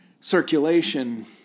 circulation